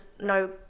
no